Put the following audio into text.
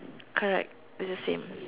correct it's the same